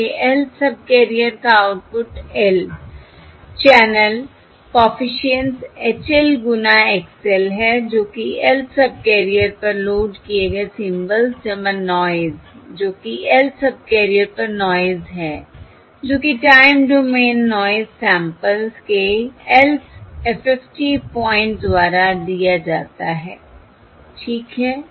इसलिए Lth subcarriers का output L channel coefficients HL गुना XL है जो कि Lth सबकैरियर्स पर लोड किए गए सिंबल्स नॉयस जो कि Lth सबकैरियर् पर नॉयस है जो कि टाइम डोमेन नॉयस सैंपल्स के Lth FFT पॉइंट द्वारा दिया जाता है ठीक है